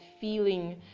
feeling